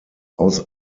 aus